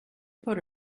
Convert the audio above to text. put